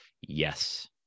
Yes